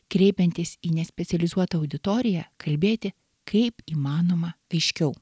kreipiantis į nespecializuotą auditoriją kalbėti kaip įmanoma aiškiau